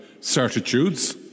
certitudes